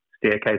staircase